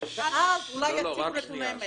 ואז אולי יציגו נתוני אמת.